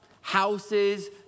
houses